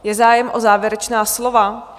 Je zájem o závěrečná slova?